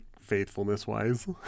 faithfulness-wise